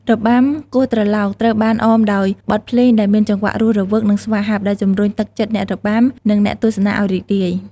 របាំគោះត្រឡោកត្រូវបានអមដោយបទភ្លេងដែលមានចង្វាក់រស់រវើក និងស្វាហាប់ ដែលជំរុញទឹកចិត្តអ្នករបាំ និងអ្នកទស្សនាឱ្យរីករាយ។